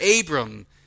Abram